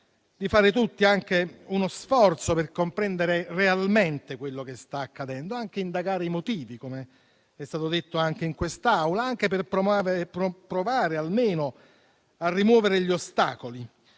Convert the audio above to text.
di fare tutti uno sforzo per comprendere realmente quello che sta accadendo e anche indagare i motivi - come è stato detto in quest'Aula - per provare almeno a rimuovere gli ostacoli.